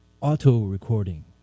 auto-recording